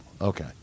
Okay